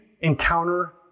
encounter